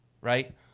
right